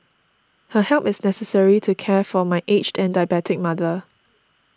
her help is necessary to care for my aged and diabetic mother